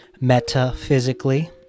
metaphysically